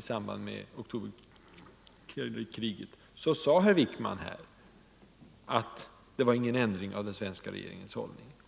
samband med oktoberkriget, så sade herr Wickman att det inte var fråga om någon ändring av den svenska regeringens hållning.